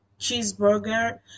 cheeseburger